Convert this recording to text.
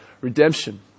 redemption